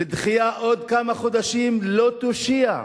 ודחייה בעוד כמה חודשים, לא תושיע.